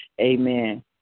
amen